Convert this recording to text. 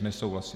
Nesouhlasím.